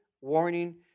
warning